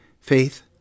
faith